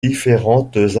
différentes